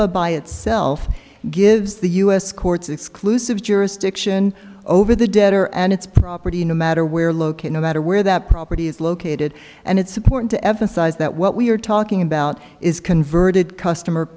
sit by itself gives the us courts exclusive jurisdiction over the debtor and its property no matter where located no matter where that property is located and it's important to emphasize that what we are talking about is converted customer